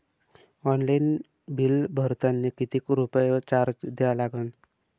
Online bill भरतानी कितीक रुपये चार्ज द्या लागन?